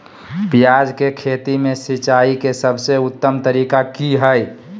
प्याज के खेती में सिंचाई के सबसे उत्तम तरीका की है?